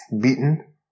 beaten